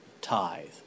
tithe